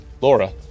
Laura